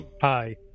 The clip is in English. Hi